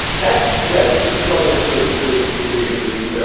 that's that's the troublesome thing, for me at least,